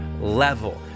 level